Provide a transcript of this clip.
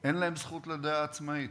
אין להם זכות לדעה עצמאית.